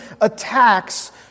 attacks